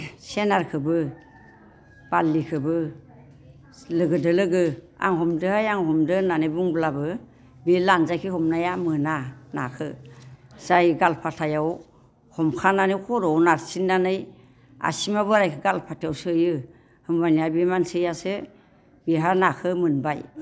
सेनारखौबो बारलिखौबो लोगोजों लोगो आं हमदोंहाय आं हमदों होननानै बुंब्लाबो बे लान्जायखै हमनाया मोना नाखौ जाय गालफाथायाव हमखानानै खर'आव नारसिननानै आसिमा बोरायखौ गालफाथायाव सोयो होनबानिया बे मानसियासो बेहा नाखौ मोनबाय